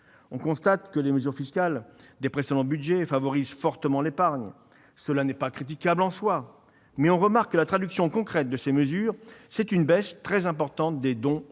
On constate que les mesures fiscales des précédents budgets favorisent fortement l'épargne. Cela n'est pas critiquable en soi, mais on remarque que la traduction concrète de ces mesures est une baisse très importante des dons